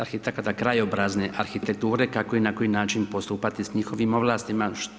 arhitekata krajobrazne arhitekture kako i na koji način postupati s njihovim ovlastima.